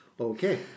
Okay